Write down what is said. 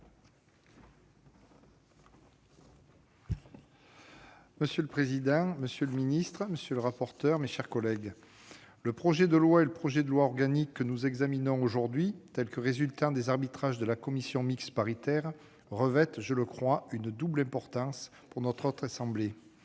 Monsieur le président, monsieur le secrétaire d'État, mes chers collègues, le projet de loi et le projet de loi organique que nous examinons aujourd'hui, tels qu'ils résultent des arbitrages de la commission mixte paritaire, revêtent- je le crois -une double importance pour notre Haute Assemblée.